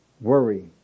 worry